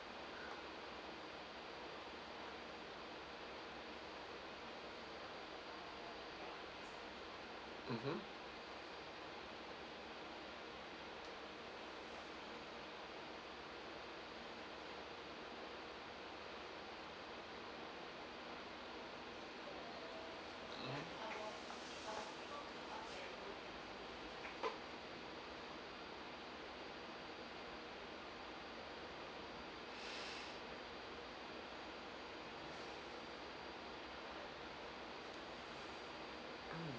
mmhmm mm mm